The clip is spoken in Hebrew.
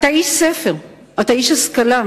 אתה איש ספר, אתה איש השכלה,